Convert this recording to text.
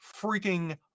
freaking